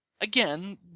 Again